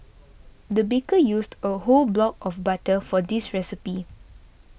the baker used a whole block of butter for this recipe